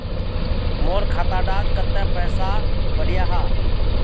मोर खाता डात कत्ते पैसा बढ़ियाहा?